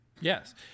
yes